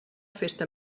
festa